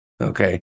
okay